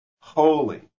holy